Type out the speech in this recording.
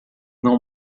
não